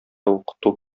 укыту